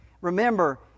Remember